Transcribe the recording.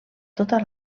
tota